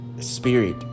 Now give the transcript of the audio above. spirit